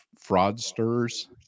fraudsters